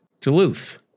Duluth